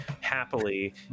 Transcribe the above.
happily